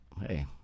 hey